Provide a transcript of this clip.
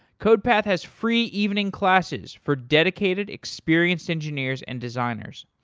codepath has free evening classes for dedicated experienced engineers and designers.